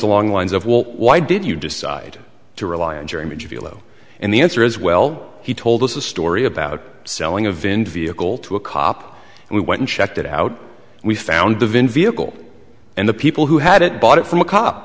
along the lines of well why did you decide to rely on german filo and the answer is well he told us a story about selling of in vehicle to a cop and we went and checked it out we found the vin vehicle and the people who had it bought it from a cop